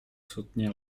soutenir